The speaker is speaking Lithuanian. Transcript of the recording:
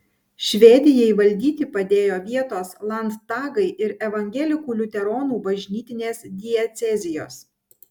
švedijai valdyti padėjo vietos landtagai ir evangelikų liuteronų bažnytinės diecezijos